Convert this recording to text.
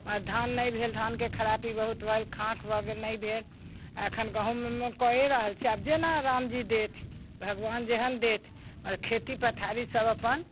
मगर धान नहि भेल धानके खराबी बहुत भऽ गेल खाँख भऽ गेल नहि भेल एखन गहूममे कऽ रहल छी आब जेना रामजी देत भगवान जेहन देत मगर खेती पथारीसब अपन